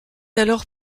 alors